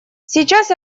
сейчас